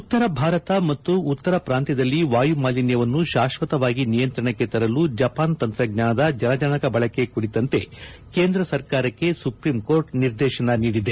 ಉತ್ತರ ಭಾರತ ಮತ್ತು ಉತ್ತರ ಪ್ರಾಂತ್ಯದಲ್ಲಿ ವಾಯುಮಾಲಿನ್ಯವನ್ನು ಶಾಶ್ವಕವಾಗಿ ನಿಯಂತ್ರಣಕ್ಕೆ ತರಲು ಜಪಾನ್ ತಂತ್ರಜ್ವಾನದ ಜಲಜನಕ ಬಳಕೆ ಕುರಿತಂತೆ ಕೇಂದ್ರ ಸರ್ಕಾರಕ್ಕೆ ಸುಪ್ರೀಂಕೋರ್ಟ್ ನಿರ್ದೇಶನ ನೀಡಿದೆ